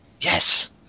Yes